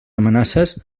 amenaces